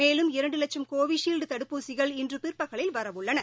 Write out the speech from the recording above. மேலும் இரண்டுவட்சும் கோவிஷீல்டுதடுப்பூசிகள் இன்றுபிற்பகலில் வரவுள்ளன